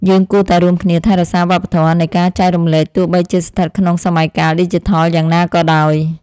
យើងគួរតែរួមគ្នាថែរក្សាវប្បធម៌នៃការចែករំលែកទោះបីជាស្ថិតក្នុងសម័យកាលឌីជីថលយ៉ាងណាក៏ដោយ។